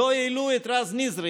לא העלו את רז נזרי